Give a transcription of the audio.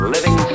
Living